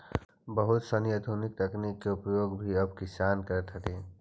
बहुत सनी आधुनिक तकनीक के उपयोग भी अब किसान करित हथिन